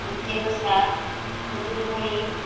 ବୁଧେଇ ଓଷା ଖୁଦୁରୁକୁଣି